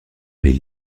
avait